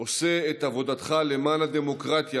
עושה את עבודתך למען הדמוקרטיה,